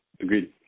agreed